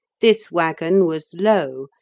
this waggon was low,